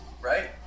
right